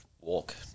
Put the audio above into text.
Walk